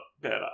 better